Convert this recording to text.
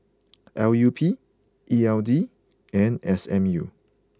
L U P E L D and S M U